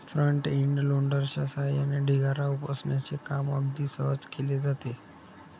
front end लोडरच्या सहाय्याने ढिगारा उपसण्याचे काम अगदी सहज केले जाते